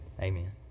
Amen